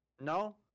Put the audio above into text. No